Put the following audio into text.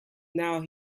now